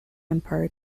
empire